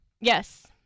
Yes